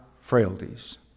frailties